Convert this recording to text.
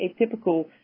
atypical